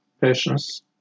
patients